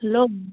hello